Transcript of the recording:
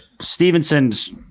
Stevenson's